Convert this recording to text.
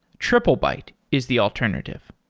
triplebyte is the alternative.